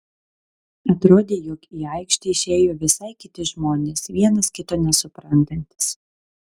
atrodė jog į aikštę išėjo visai kiti žmonės vienas kito nesuprantantys